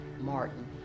Martin